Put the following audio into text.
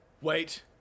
Wait